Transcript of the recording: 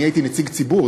אני הייתי נציג הציבור,